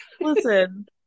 Listen